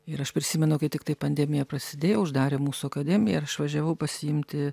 ir aš prisimenu kai tiktai pandemija prasidėjo uždarė mūsų akademiją ir aš važiavau pasiimti